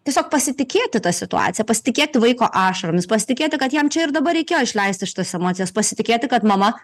tiesiog pasitikėti ta situacija pasitikėti vaiko ašaromis pasitikėti kad jam čia ir dabar reikėjo išleisti šitas emocijas pasitikėti kad mama